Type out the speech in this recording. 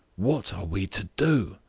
what are we to do?